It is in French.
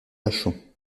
lachaud